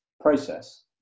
process